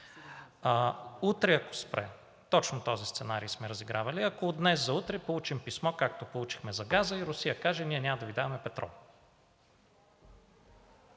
Утре, ако спре, точно този сценарий сме разигравали, ако от днес за утре получим писмо, както получихме за газа, и Русия каже: „Ние няма да Ви даваме петрол“,